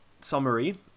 summary